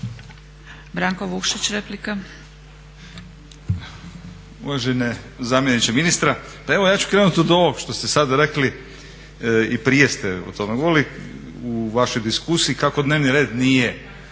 Branko (Nezavisni)** Uvaženi zamjeniče ministra, pa evo ja ću krenut od ovog što ste sada rekli i prije ste o tome govorili u vašoj diskusiji kako dnevni red nije